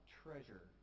treasure